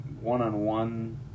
one-on-one